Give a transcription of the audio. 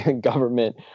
government